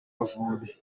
amavubi